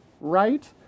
right